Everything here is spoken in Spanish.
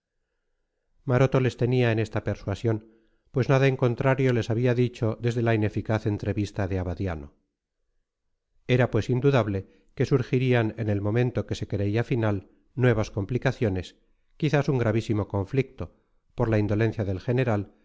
maroto les tenía en esta persuasión pues nada en contrario les había dicho desde la ineficaz entrevista de abadiano era pues indudable que surgirían en el momento que se creía final nuevas complicaciones quizás un gravísimo conflicto por la indolencia del general